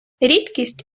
рідкість